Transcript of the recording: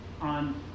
on